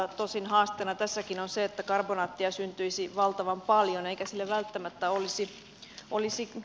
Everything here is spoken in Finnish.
tosin haasteena tässäkin on se että karbonaattia syntyisi valtavan paljon eikä sille välttämättä olisi käyttökohdetta